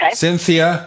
cynthia